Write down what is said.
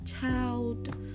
child